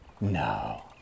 no